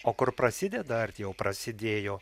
o kur prasideda ar jau prasidėjo